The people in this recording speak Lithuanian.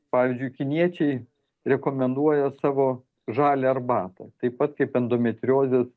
pavyzdžiui kiniečiai rekomenduoja savo žalią arbatą taip pat kaip endometriozės